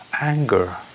anger